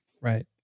Right